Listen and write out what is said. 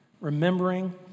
remembering